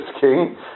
king